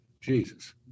Jesus